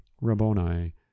rabboni